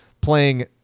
playing